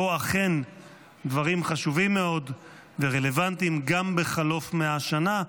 שבו אכן דברים חשובים מאוד ורלוונטיים גם בחלוף 100 שנה,